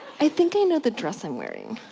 i think i know the dress i'm wearing.